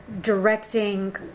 directing